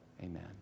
Amen